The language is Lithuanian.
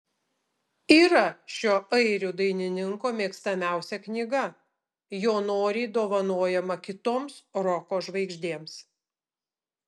yra šio airių dainininko mėgstamiausia knyga jo noriai dovanojama kitoms roko žvaigždėms